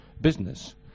business